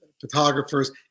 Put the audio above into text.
photographers